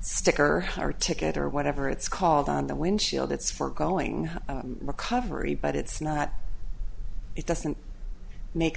sticker or ticket or whatever it's called on the windshield it's for going recovery but it's not it doesn't make